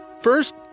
First